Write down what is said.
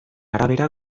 arabera